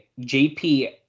JP